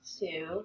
two